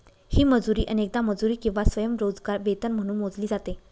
ही मजुरी अनेकदा मजुरी किंवा स्वयंरोजगार वेतन म्हणून मोजली जाते